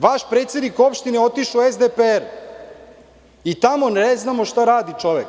Vaš predsednik opštine je otišao u SDPR i tamo ne znamo šta radi čovek.